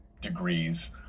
degrees